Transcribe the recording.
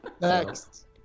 Next